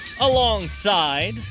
alongside